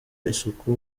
isuku